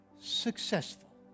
successful